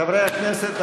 חברי הכנסת,